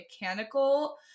mechanical